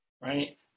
Right